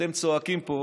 שאתם צועקים פה,